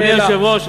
אדוני היושב-ראש,